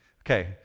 Okay